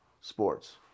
sports